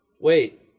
Wait